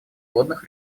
водных